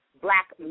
black